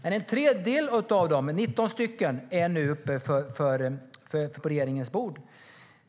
En tredjedel av dem, 19 stycken, är nu uppe på regeringens bord.